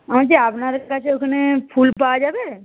বলছি আপনার কাছে ওখানে ফুল পাওয়া যাবে